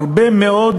בהרבה מאוד